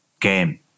game